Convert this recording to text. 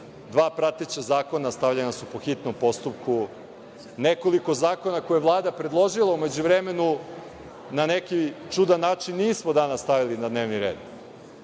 prateća zakona stavljena su po hitnom postupku. Nekoliko zakona koje je Vlada predložila, u međuvremenu na neki čudan način nismo danas stavili na dnevni red,